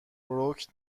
بروک